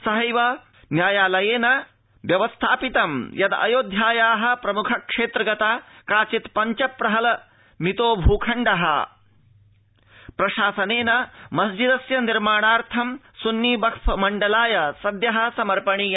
सहैव न्यायपीठं व्यवास्थापयद् यद् अयोध्याया प्रम्ख क्षेत्र गता काचित् पञ्च प्रहल मितो भूखण्ड प्रशासनेन मस्जि स्य निर्माणाय स्न्नी वक्फ मण्डलाय सद्य समर्पणीय